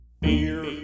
Beer